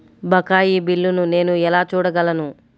బకాయి బిల్లును నేను ఎలా చూడగలను?